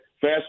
fast